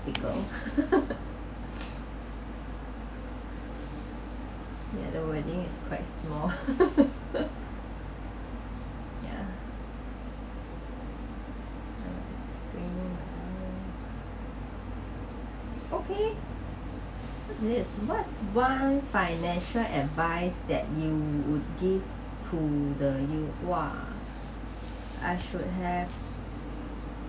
bigger ya the wedding is quite small ya okay what is it what what financial advice that you would give to the you !wah! I should have